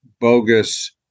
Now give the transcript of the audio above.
bogus